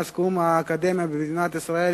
מאז קום האקדמיה במדינת ישראל,